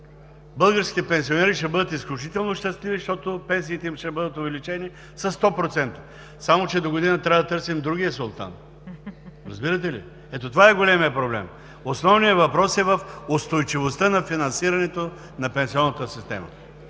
българските пенсионери ще бъдат изключително щастливи, защото пенсиите им ще бъдат увеличени със 100%. Само че догодина трябва да търсим другия султан. Разбирате ли? Ето това е големият проблем. Основният въпрос е в устойчивостта на финансирането на пенсионната система.